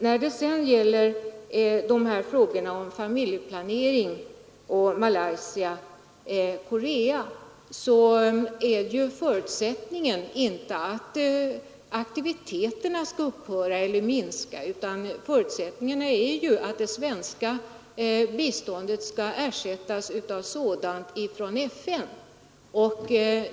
När det sedan gäller frågorna om familjeplanering i Malaysia och Korea är förutsättningarna, inte att aktiviteterna skall upphöra eller minska, utan att det svenska biståndet skall ersättas av bistånd från FN.